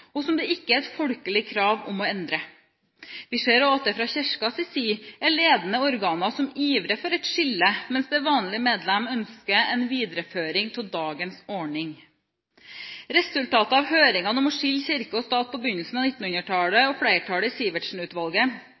og som det ikke er et folkelig krav om å endre. Vi ser også at det fra Kirkens side er ledende organer som ivrer for et skille, mens det vanlige medlem ønsker en videreføring av dagens ordning. Resultatet av høringene om å skille kirke og stat på begynnelsen av 1900-tallet og av flertallet i